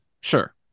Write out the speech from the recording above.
sure